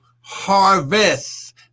harvest